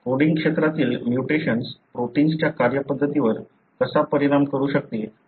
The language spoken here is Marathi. कोडिंग क्षेत्रातील म्युटेशन्स प्रोटिन्सच्या कार्यपद्धतीवर कसा परिणाम करू शकते याबद्दल आहे